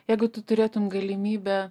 jeigu tu turėtum galimybę